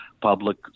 public